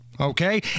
Okay